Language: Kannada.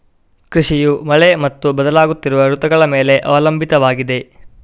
ಕೃಷಿಯು ಮಳೆ ಮತ್ತು ಬದಲಾಗುತ್ತಿರುವ ಋತುಗಳ ಮೇಲೆ ಅವಲಂಬಿತವಾಗಿದೆ